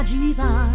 Jesus